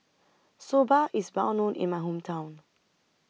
Soba IS Well known in My Hometown